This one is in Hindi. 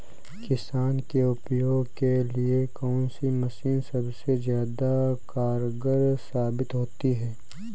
किसान के उपयोग के लिए कौन सी मशीन सबसे ज्यादा कारगर साबित होती है?